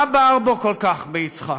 מה בער בו כל כך, ביצחק?